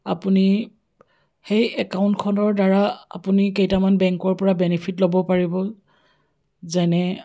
আপুনি সেই একাউণ্টখনৰ দ্বাৰা আপুনি কেইটামান বেংকৰ পৰা বেনিফিট ল'ব পাৰিব যেনে